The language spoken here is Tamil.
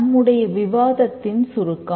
நம்முடைய விவாதத்தின் சுருக்கம்